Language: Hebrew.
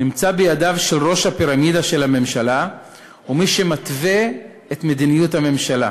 נמצא בידיו של ראש הפירמידה של הממשלה ומי שמתווה את מדיניות הממשלה.